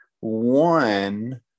one